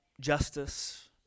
justice